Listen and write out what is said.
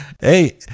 Hey